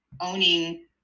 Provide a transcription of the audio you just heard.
owning